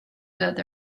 got